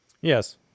Yes